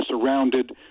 surrounded